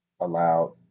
allowed